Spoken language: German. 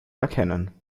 erkennen